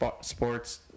Sports